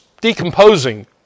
decomposing